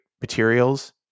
materials